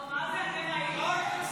זו ממשלה שלא יודעת לעשות